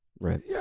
Right